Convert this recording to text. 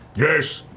yes!